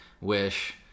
wish